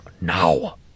now